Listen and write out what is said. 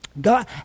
God